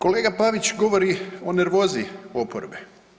Kolega Pavić govori o nervozi oporbe.